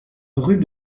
rue